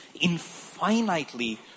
infinitely